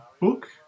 book